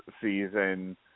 season